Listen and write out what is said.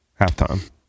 halftime